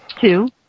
Two